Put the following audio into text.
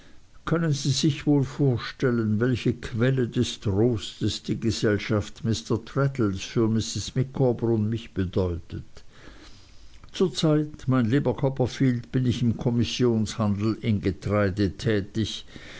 können sie sich wohl vorstellen welche quelle des trostes die gesellschaft mr traddles für mrs micawber und mich bedeutet zur zeit mein lieber copperfield bin ich im kommissionshandel in getreide tätig